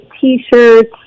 T-shirts